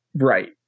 right